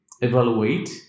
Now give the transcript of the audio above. evaluate